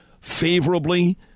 favorably